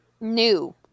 New